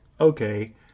okay